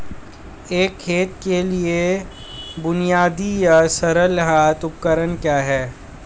एक खेत के लिए बुनियादी या सरल हाथ उपकरण क्या हैं?